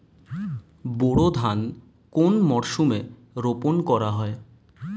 বোরো ধান কোন মরশুমে রোপণ করা হয়?